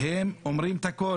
וסיגי אומרים את הכול.